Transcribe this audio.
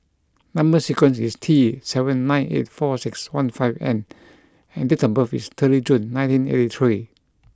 number sequence is T seven nine eight four six one five N and date of birth is thirty June nineteen eighty three